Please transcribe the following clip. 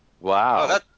Wow